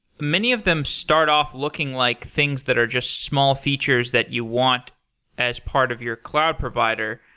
many of them start off looking like things that are just small features that you want as part of your cloud provider.